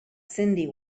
cyndi